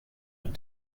and